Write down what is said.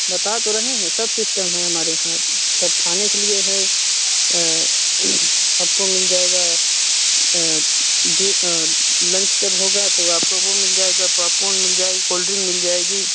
बता तो रहे हैं सब सिस्टम है हमारे यहाँ सब खाने के लिए है आपको मिल जाएगा गे लंच जब होगा तो आपको वह मिल जाएगा पापकोन मिल जाएगी कोल्ड ड्रिंक मिल जाएगी